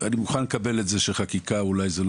אני מוכן לקבל את זה שחקיקה היא אולי לא